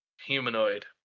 humanoid